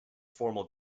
formal